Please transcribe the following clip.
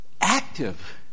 active